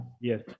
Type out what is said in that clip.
Yes